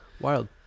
wild